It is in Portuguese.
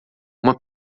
uma